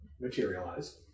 materialize